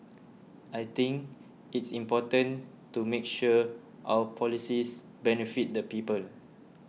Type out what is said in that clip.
I think it's important to make sure our policies benefit the people